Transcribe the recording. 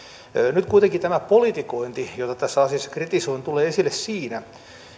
nyt kuitenkin tämä politikointi jota tässä asiassa kritisoin tulee esille siinä